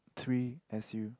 three S_U